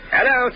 Hello